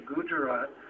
Gujarat